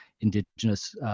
Indigenous